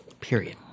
Period